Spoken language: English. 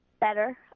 better